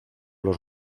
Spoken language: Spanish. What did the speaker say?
los